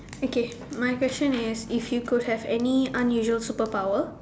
okay my question is if you could have any unusual superpower